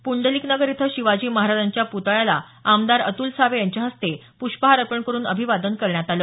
पुंडलिक नगर इथं शिवाजी महाराजांच्या प्तळ्याला आमदार अतूल सावे यांच्या हस्ते पृष्पहार अर्पण करून अभिवादन करण्यात आलं